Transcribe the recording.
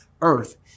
earth